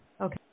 Okay